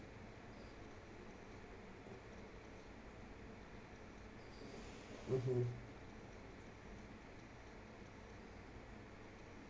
mmhmm